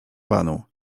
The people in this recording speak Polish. panu